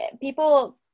people